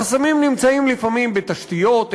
החסמים נמצאים לפעמים בתשתיות,